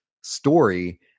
story